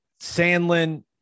Sandlin